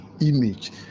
image